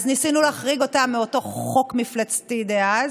אז ניסינו להחריג אותם, מאותו חוק מפלצתי דאז.